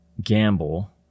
gamble